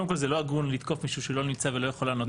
קודם כל זה לא הגון לתקוף מישהו שלא נמצא ולא יכול לענות.